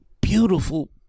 beautiful